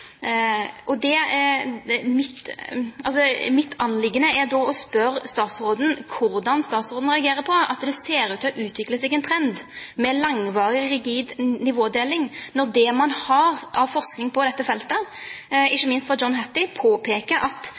i «stein». Mitt anliggende er da å spørre hvordan statsråden reagerer på at det ser ut til å utvikle seg en trend med langvarig, rigid nivådeling, når det man har av forskning på dette feltet, ikke minst fra John Hattie, påpeker at